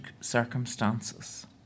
circumstances